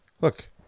Look